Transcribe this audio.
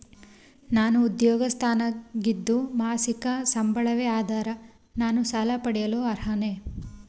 ನಾನು ಉದ್ಯೋಗಸ್ಥನಾಗಿದ್ದು ಮಾಸಿಕ ಸಂಬಳವೇ ಆಧಾರ ನಾನು ಸಾಲ ಪಡೆಯಲು ಅರ್ಹನೇ?